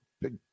big